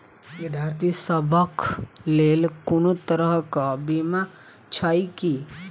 विद्यार्थी सभक लेल कोनो तरह कऽ बीमा छई की?